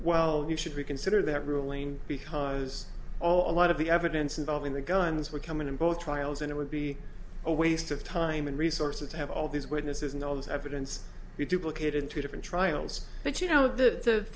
well you should reconsider that ruling because all a lot of the evidence involving the guns will come in both trials and it would be a waste of time and resources to have all these witnesses and all this evidence be duplicated in two different trials but you know